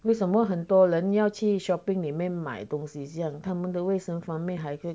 为什么很多人要去 shopping 里面卖东西是这样他们的卫生方面才会